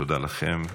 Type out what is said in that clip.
תודה לכם.